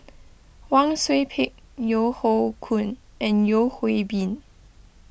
Wang Sui Pick Yeo Hoe Koon and Yeo Hwee Bin